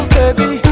baby